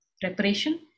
preparation